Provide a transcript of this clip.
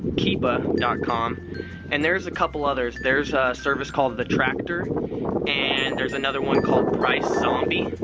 keepa dot com and there's a couple others. there's a service called the tractor and there's another one called price zombie.